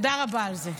נכון, תודה רבה על זה.